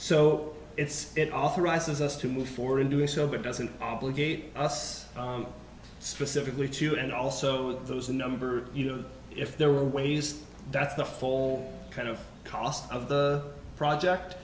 so it's it authorizes us to move forward in doing so but doesn't obligate us specifically to it and also those a number you know if there are ways that's the whole kind of cost of the project